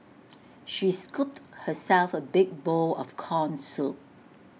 she scooped herself A big bowl of Corn Soup